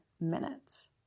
minutes